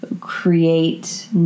create